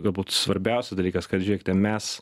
galbūt svarbiausias dalykas kad žiūrėkite mes